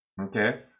Okay